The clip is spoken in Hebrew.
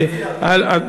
מה אתה מציע?